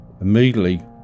Immediately